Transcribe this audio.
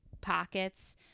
pockets